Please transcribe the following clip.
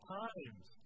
times